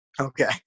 Okay